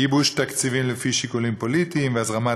ייבוש תקציבים לפי שיקולים פוליטיים והזרמת